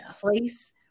place